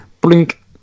blink